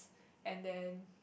and then